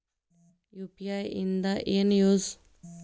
UPI ದಿಂದ ಏನು use?